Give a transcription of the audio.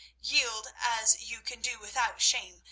yield, as you can do without shame,